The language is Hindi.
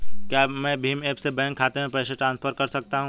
क्या मैं भीम ऐप से बैंक खाते में पैसे ट्रांसफर कर सकता हूँ?